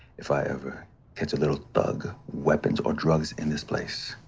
if i ever catch a little thug, weapons, or drugs in this place,